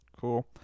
Cool